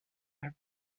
have